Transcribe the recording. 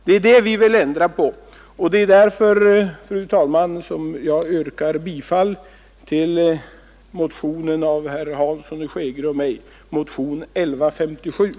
Det är detta som vi vill ändra på, och därför yrkar jag, fru talman, bifall till motionen 1157 av herr Hansson i Skegrie och mig.